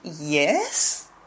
Yes